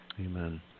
Amen